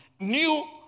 new